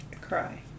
Cry